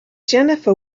jennifer